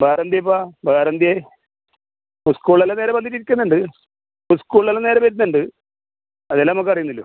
വേറെ എന്ത്യേപ്പാ വേറെ എന്ത്യേ ഉസ്കൂളിൽ എല്ലാം നേരെ വന്നിട്ട് ഇരിക്കുന്നുണ്ട് ഉസ്കൂളിൽ എല്ലാം നേരെ വരുന്നുണ്ട് അതല്ലേ നമുക്ക് അറിയുന്നുള്ളൂ